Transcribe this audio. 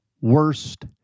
worst